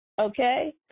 Okay